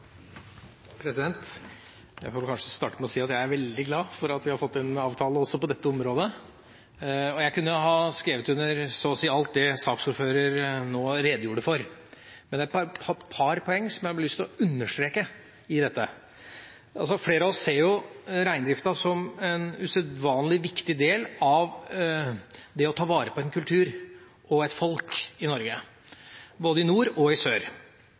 veldig glad for at vi har fått en avtale også på dette området. Jeg kunne ha skrevet under så å si alt det saksordføreren nå redegjorde for. Men det er et par poeng jeg har lyst til å understreke i dette. Flere av oss ser reindrifta som en usedvanlig viktig del av det å ta vare på en kultur og et folk i Norge, både i nord og i sør.